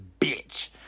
bitch